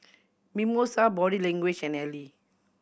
Mimosa Body Language and Elle